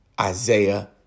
Isaiah